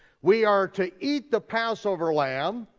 we are to eat the passover lamb,